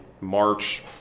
March